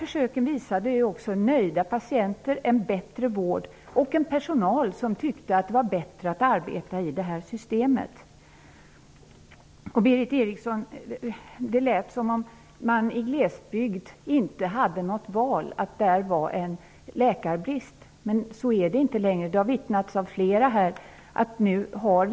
Försöken resulterade i nöjda patienter, en bättre vård samt en personal som tyckte att det var bättre att arbeta i detta system. Det lät på Berith Eriksson som om man inte hade något val i glesbygden och att där rådde läkarbrist. Men så är det inte längre. Det har omvittnats av flera här.